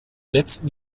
letzten